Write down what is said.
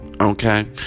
Okay